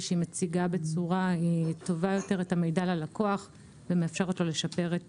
שהיא מציגה בצורה טובה יותר את המידע ללקוח ומאפשרת לו לשפר את